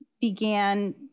began